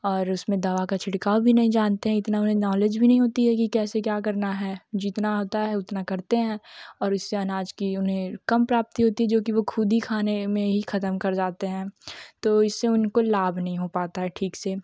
और उसमें दवा का छिड़काव भी जानते हैं इतना बड़ा नॉलेज भी नहीं होती है कि कैसे क्या करना है जितना आता है उतना करते हैं और इससे अनाज कि उन्हें कम प्राप्ति होती है जो कि वह खुद ही खाने में ही खत्म कर जाते हैं तो इससे उनको लाभ नहीं हो पाता है ठीक से